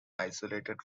isolated